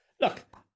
Look